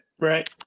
Right